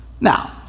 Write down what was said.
Now